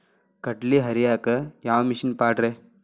ಕಡ್ಲಿ ಹರಿಯಾಕ ಯಾವ ಮಿಷನ್ ಪಾಡ್ರೇ?